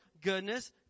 goodness